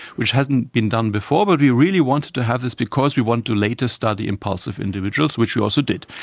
which hasn't been done before, but we really wanted to have this because we wanted to later study impulsive individuals, which we also did.